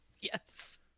Yes